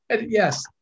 Yes